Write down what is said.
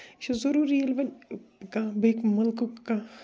یہِ چھُ ضروٗری ییٚلہِ وۅنۍ کانٛہہ بیٚکہِ مُلکُک کانٛہہ